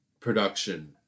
Production